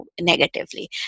negatively